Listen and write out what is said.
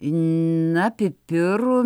na pipirų